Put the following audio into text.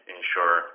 ensure